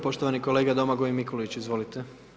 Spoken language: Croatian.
Poštovani kolega Domagoj Mikulić, izvolite.